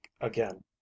again